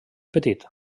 petit